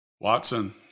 Watson